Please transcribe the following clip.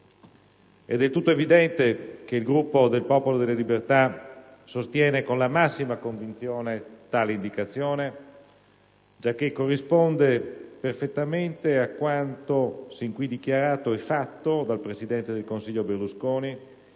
del tutto evidente che il Gruppo del PdL sostiene con la massima convinzione tale indicazione, giacché corrisponde esattamente a quanto sin qui dichiarato e fatto dal presidente del Consiglio Berlusconi